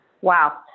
Wow